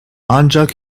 ancak